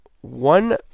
one